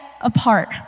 apart